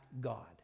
God